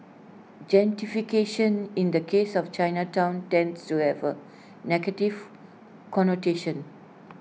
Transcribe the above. gentrification in the case of Chinatown tends to have A negative connotation